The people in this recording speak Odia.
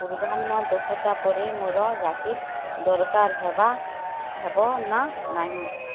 ପୂର୍ବାହ୍ନ ଦଶଟା ପରେ ମୋର ଜାକେଟ୍ ଦରକାର ହେବ ନା ନାହିଁ